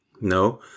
No